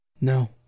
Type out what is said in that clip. No